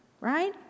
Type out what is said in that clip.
Right